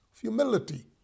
humility